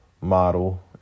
model